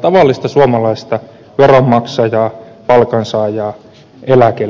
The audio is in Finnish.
tavallista suomalaista veronmaksajaa palkansaajaa eläkeläistä